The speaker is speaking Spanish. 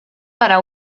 para